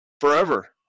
forever